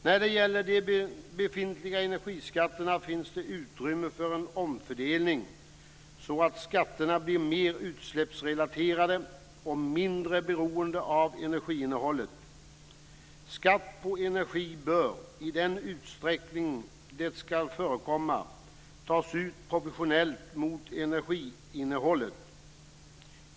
När det gäller befintliga energiskatter finns det utrymme för en omfördelning, så att skatterna blir mera utsläppsrelaterade och mindre beroende av energiinnehållet. Skatt på energi bör, i den utsträckning som detta skall förekomma, tas ut proportionellt mot energiinnehållet.